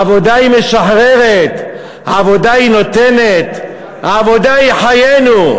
העבודה משחררת, העבודה נותנת, העבודה היא חיינו.